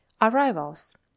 Arrivals